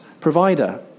provider